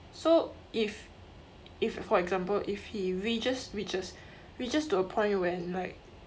so if if for example if he reaches reaches reaches to a point when like